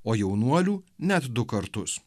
o jaunuolių net du kartus